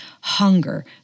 hunger